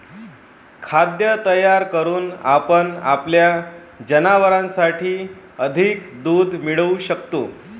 खाद्य तयार करून आपण आपल्या जनावरांसाठी अधिक दूध मिळवू शकतो